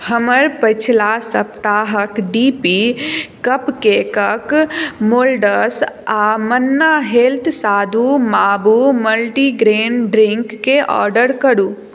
हमर पछिला सप्ताहक डी पी कपकेकक मोल्डस आ Manna health sathu maavu multigrain ड्रिंककेँ ऑर्डर करू